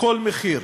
כל מחיר.